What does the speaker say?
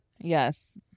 Yes